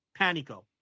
Panico